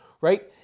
right